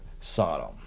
Sodom